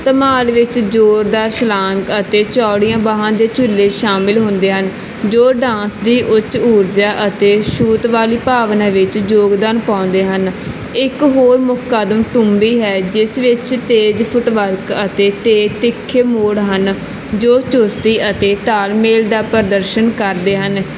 ਧਮਾਲ ਵਿੱਚ ਜ਼ੋਰਦਾਰ ਛਲਾਂਗ ਅਤੇ ਚੌੜੀਆਂ ਬਾਹਾਂ ਦੇ ਝੂਲੇ ਸ਼ਾਮਿਲ ਹੁੰਦੇ ਹਨ ਜੋ ਡਾਂਸ ਦੀ ਉੱਚ ਊਰਜਾ ਅਤੇ ਛੂਤ ਵਾਲੀ ਭਾਵਨਾ ਵਿੱਚ ਯੋਗਦਾਨ ਪਾਉਂਦੇ ਹਨ ਇੱਕ ਹੋਰ ਮੁੱਖ ਕਦਮ ਤੂੰਬੀ ਹੈ ਜਿਸ ਵਿੱਚ ਤੇਜ਼ ਫੁਟਵਰਕ ਅਤੇ ਤੇਜ਼ ਤਿੱਖੇ ਮੋੜ ਹਨ ਜੋ ਚੁਸਤੀ ਅਤੇ ਤਾਲਮੇਲ ਦਾ ਪ੍ਰਦਰਸ਼ਨ ਕਰਦੇ ਹਨ